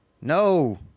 No